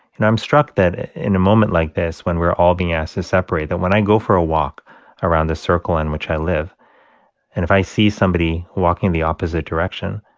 and i'm struck that in moment like this, when we're all being asked to separate, that when i go for a walk around the circle in which i live and if i see somebody walking in the opposite direction,